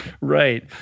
Right